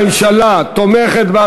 הממשלה תומכת.